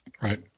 Right